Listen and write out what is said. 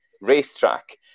racetrack